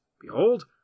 Behold